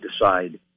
decide